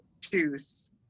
choose